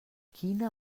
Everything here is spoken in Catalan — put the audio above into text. quina